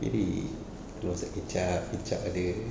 jadi telur masak kicap kicap ada